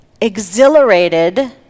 exhilarated